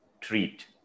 treat